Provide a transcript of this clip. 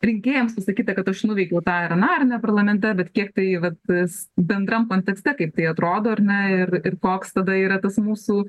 rinkėjams išsakyta kad aš nuveikiau tą ar aną ar ne parlamente bet kiek tai vat tas bendram kontekste kaip tai atrodo ar ne ir ir koks tada yra tas mūsų